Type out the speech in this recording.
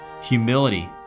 humility